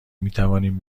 میتوانیم